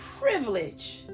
privilege